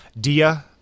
Dia